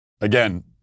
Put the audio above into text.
Again